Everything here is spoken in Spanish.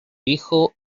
hijo